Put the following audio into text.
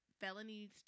felonies